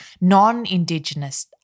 non-Indigenous